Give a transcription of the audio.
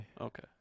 Okay